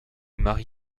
marie